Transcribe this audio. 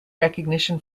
recognition